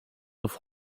auf